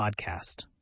Podcast